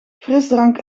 frisdrank